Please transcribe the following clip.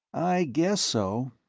i guess so.